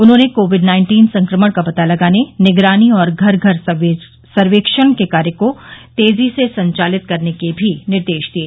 उन्होंने covid nineteen संक्रमण का पता लगाने निगरानी और घर घर सर्वेक्षण के कार्य को तेजी से संचालित करने के भी निर्देश दिये